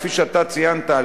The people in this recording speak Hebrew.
כפי שאתה ציינת,